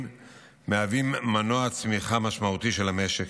מהווים מנוע צמיחה משמעותי של המשק.